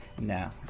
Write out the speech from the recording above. No